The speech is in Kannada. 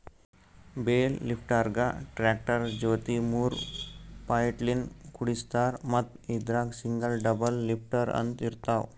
ಬೇಲ್ ಲಿಫ್ಟರ್ಗಾ ಟ್ರ್ಯಾಕ್ಟರ್ ಜೊತಿ ಮೂರ್ ಪಾಯಿಂಟ್ಲಿನ್ತ್ ಕುಡಸಿರ್ತಾರ್ ಮತ್ತ್ ಇದ್ರಾಗ್ ಸಿಂಗಲ್ ಡಬಲ್ ಲಿಫ್ಟರ್ ಅಂತ್ ಇರ್ತವ್